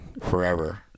forever